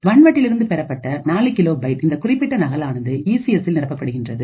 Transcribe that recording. வன் வட்டிலிருந்து பெறப்பட்ட நாலு கிலோ பைட் இந்த குறிப்பிட்ட நகல் ஆனது இசிஎஸ்ல் நிரப்பப்படுகிறது